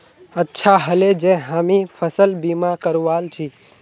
अच्छा ह ले जे हामी फसल बीमा करवाल छि